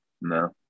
No